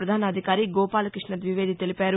ప్రపధానాధికారి గోపాలకృష్ణ ద్వివేది తెలిపారు